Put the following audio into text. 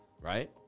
right